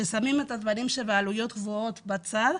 ושמים את הדברים שבעלויות גבוהות בצד.